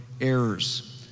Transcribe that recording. errors